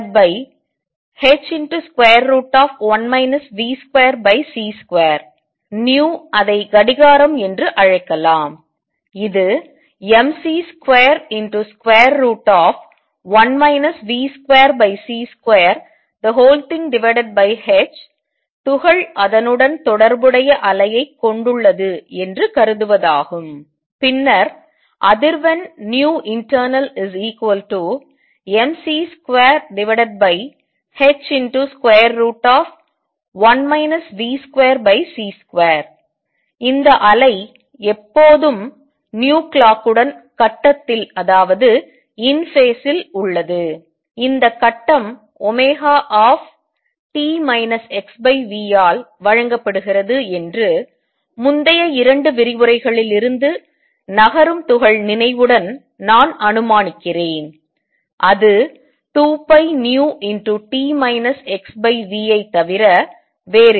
ν அதை கடிகாரம் என்று அழைக்கலாம் இது mc21 v2c2h துகள் அதனுடன் தொடர்புடைய அலையைக் கொண்டுள்ளது என்று கருதுவதாகும் பின்னர் அதிர்வெண் internal mc2h1 v2c2 இந்த அலை எப்போதும் clock உடன் கட்டத்தில் உள்ளது இந்த கட்டம் t xv ஆல் வழங்கப்படுகிறது என்று முந்தைய 2 விரிவுரைகளில் இருந்து நகரும் துகள் நினைவுடன் நான் அனுமானிக்கிறேன் அது 2πνt xv ஐ தவிர வேறில்லை